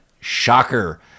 shocker